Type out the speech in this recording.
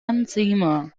enzyme